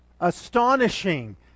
Astonishing